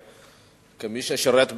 כמי ששירת בצבא,